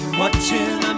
watching